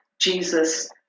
Jesus